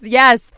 yes